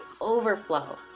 overflow